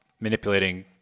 manipulating